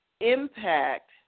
impact